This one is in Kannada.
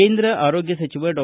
ಕೇಂದ್ರ ಆರೋಗ್ಯ ಸಚಿವಡಾ